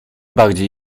bardziej